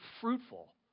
fruitful